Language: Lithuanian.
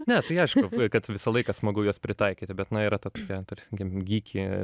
ne tai aišku kad visą laiką smagu juos pritaikyti bet na yra ta tokia tarsi geeky